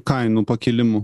kainų pakilimu